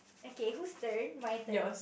okay whose turn my turn